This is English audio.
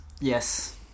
Yes